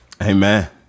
Amen